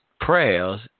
prayers